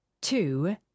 two